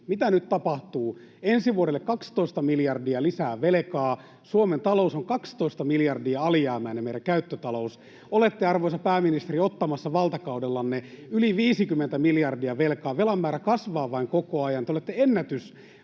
Mitä nyt tapahtuu: Ensi vuodelle 12 miljardia lisää velkaa, Suomen talous — meidän käyttötalous — on 12 miljardia alijäämäinen. Olette, arvoisa pääministeri, ottamassa valtakaudellanne yli 50 miljardia velkaa. [Petri Hurun välihuuto] Velan määrä kasvaa vain koko ajan.